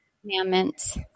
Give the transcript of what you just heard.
Commandments